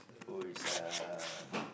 who is a